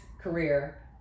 career